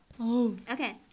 Okay